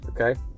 okay